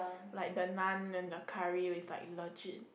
like the naan and the curry is like legit